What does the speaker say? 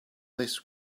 this